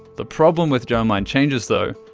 the problem with germline changes, though,